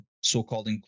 so-called